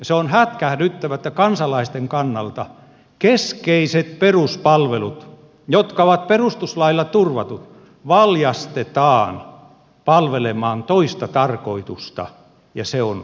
se on hätkähdyttävää että kansalaisten kannalta keskeiset peruspalvelut jotka ovat perustuslailla turvatut valjastetaan palvelemaan toista tarkoitusta ja se on hallintorakenteen muuttaminen